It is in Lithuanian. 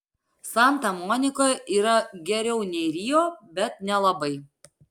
santa monikoje yra geriau nei rio bet nelabai